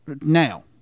Now